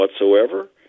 whatsoever